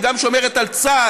היא גם שומרת על צה"ל.